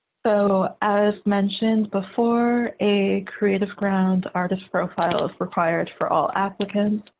so as mentioned before, a creativeground artist profile is required for all applicants.